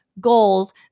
goals